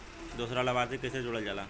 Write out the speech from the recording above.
दूसरा लाभार्थी के कैसे जोड़ल जाला?